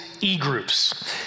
e-groups